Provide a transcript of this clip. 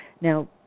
Now